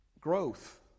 Growth